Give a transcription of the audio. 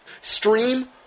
stream